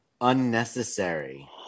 unnecessary